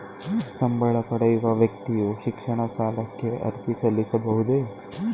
ಸಂಬಳ ಪಡೆಯುವ ವ್ಯಕ್ತಿಯು ಶಿಕ್ಷಣ ಸಾಲಕ್ಕೆ ಅರ್ಜಿ ಸಲ್ಲಿಸಬಹುದೇ?